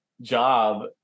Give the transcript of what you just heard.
job